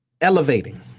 elevating